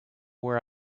where